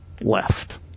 left